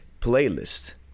playlist